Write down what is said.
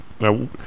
Now